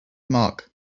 mark